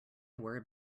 were